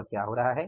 और क्या हो रहा है